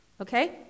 Okay